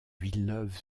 villeneuve